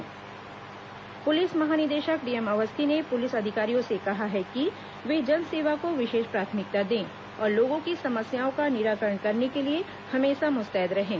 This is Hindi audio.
पुलिस महानिदेशक समीक्षा पुलिस महानिदेशक डीएम अवस्थी ने पुलिस अधिकारियों से कहा है कि वे जन सेवा को विशेष प्राथमिकता दें और लोगों की समस्याओं का निराकरण करने के लिए हमेशा मुस्तैद रहें